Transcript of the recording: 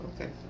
Okay